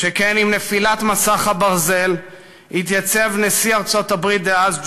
שכן עם נפילת מסך הברזל התייצב נשיא ארצות-הברית דאז ג'ורג'